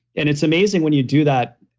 and it's amazing when you do that,